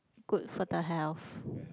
good for the health